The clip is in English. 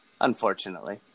unfortunately